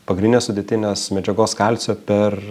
pagrindinės sudėtinės medžiagos kalcio per